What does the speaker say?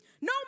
No